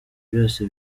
byose